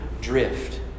drift